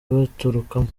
baturukamo